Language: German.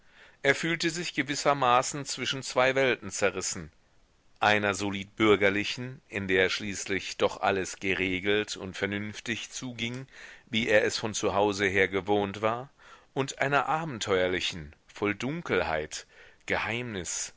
er fühlte sich gewissermaßen zwischen zwei welten zerrissen einer solid bürgerlichen in der schließlich doch alles geregelt und vernünftig zuging wie er es von zu hause her gewohnt war und einer abenteuerlichen voll dunkelheit geheimnis